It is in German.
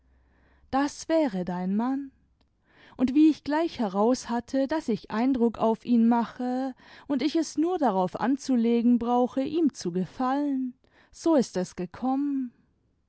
das wäre dein mann und wie ich gleich heraus hatte daß ich eindruck auf ihn mache und ich es nur darauf anzulegen brauche ihm zu gefallen so ist es gekommen